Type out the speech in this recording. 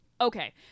okay